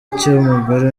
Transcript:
cy’umugore